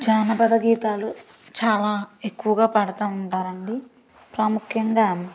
జానపద గీతాలు చాలా ఎక్కువగా పాడుతూ ఉంటారండీ ప్రాముఖ్యంగా